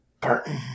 Burton